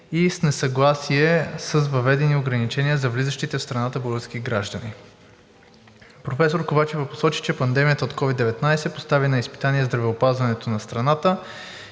и с несъгласие с въведени ограничения за влизащите в страната български граждани. Професор Ковачева посочи, че пандемията от COVID-19 постави на изпитание здравеопазването на страната